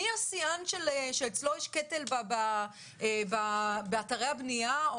מי השיאן שאצלו יש קטל באתרי הבנייה.